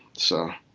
so,